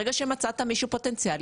ברגע שמצאת מישהו פוטנציאלי,